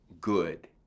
good